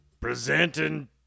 Presenting